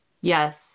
Yes